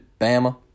Bama